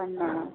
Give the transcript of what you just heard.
प्रणाम